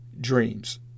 dreams